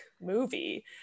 movie